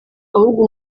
ahubwo